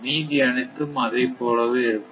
மீதி அனைத்தும் அதைப்போலவே இருக்கும்